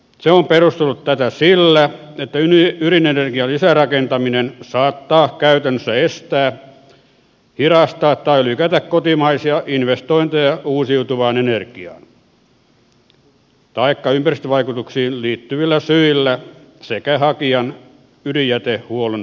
se on perustellut tätä sillä että ydinenergian lisärakentaminen saattaa käytännössä estää hidastaa tai lykätä kotimaisia investointeja uusiutuvaan energiaan ympäristövaikutuksiin liittyvillä syillä sekä hakijan ydinjätehuollon puutteilla